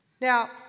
Now